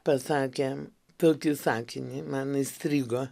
pasakė tokį sakinį man įstrigo